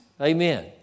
Amen